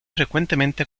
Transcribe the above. frecuentemente